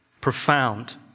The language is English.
Profound